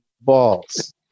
balls